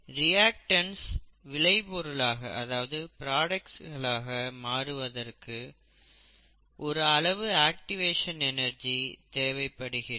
ரியாக்டன்டுகள் விளைபொருளாக மாறுவதற்கு ஒரு அளவு ஆக்டிவேஷன் எனர்ஜி தேவைப்படுகிறது